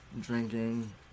drinking